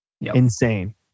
Insane